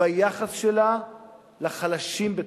ביחס שלה לחלשים בתוכה,